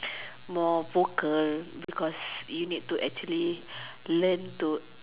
more vocal because you need to actually learn to